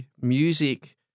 music